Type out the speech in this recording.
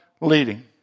leading